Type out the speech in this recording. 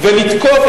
ולתקוף את